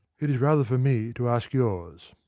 it is rather for me to ask yours.